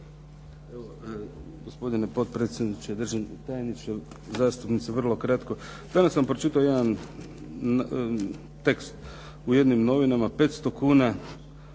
Gospodine potpredsjedniče, državni tajniče, zastupnici. Vrlo kratko. Danas sam pročitao jedan tekst u jednim novinama 500 kuna